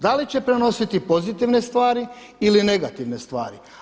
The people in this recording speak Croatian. Da li će prenositi pozitivne stvari ili negativne stvari?